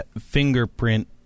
fingerprint